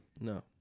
no